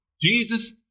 Jesus